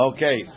Okay